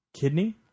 Kidney